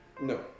No